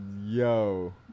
yo